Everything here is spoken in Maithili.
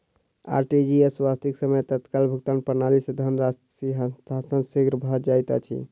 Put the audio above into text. आर.टी.जी.एस, वास्तविक समय तत्काल भुगतान प्रणाली, सॅ धन राशि हस्तांतरण शीघ्र भ जाइत अछि